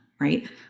right